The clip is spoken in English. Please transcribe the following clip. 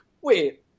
wait